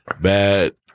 bad